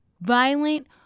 violent